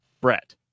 Brett